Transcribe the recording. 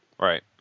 right